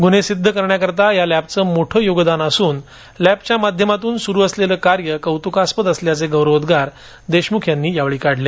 गुन्हे सिद्ध करण्याकरिता या लॅबचे मोठे योगदान असून लॅबच्या माध्यमातून सुरू असलेले कार्य कौतुकास्पद असल्याचे गौरवोद्गार गृहमंत्री अनिल देशमुख यांनी यावेळी काढले